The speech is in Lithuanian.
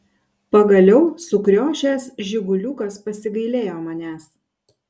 pagaliau sukriošęs žiguliukas pasigailėjo manęs